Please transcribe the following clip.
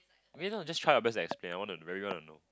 I mean lah just try your best to explain I want to really want to know